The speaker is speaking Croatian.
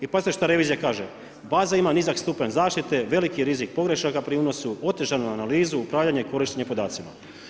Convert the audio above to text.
I pazite šta revizija kaže, baza ima nizak stupnja zaštite, veliki je rizik pogrešaka pri unosu, otežanu analizu upravljanja i korištenja podacima.